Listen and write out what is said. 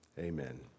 Amen